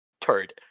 turd